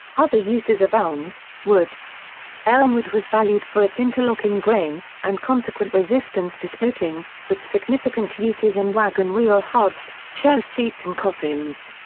other uses of elms wood elm wood was valued for its interlocking grain, and consequent resistance to splitting, with significant uses in wagon wheel hubs, chair seats and coffins.